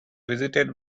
visited